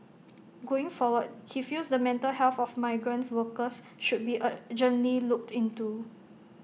going forward he feels the mental health of migrant workers should be urgently looked into